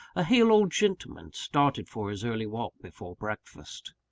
a hale old gentleman started for his early walk before breakfast.